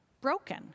Broken